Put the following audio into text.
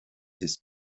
ist